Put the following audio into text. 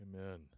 Amen